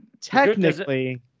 technically